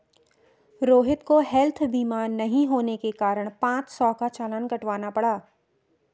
रोहित को हैल्थ बीमा नहीं होने के कारण पाँच सौ का चालान कटवाना पड़ा